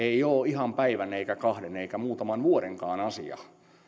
ihan päivän eikä kahden eikä muutaman vuodenkaan asia